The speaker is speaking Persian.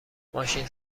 ماشین